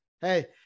Hey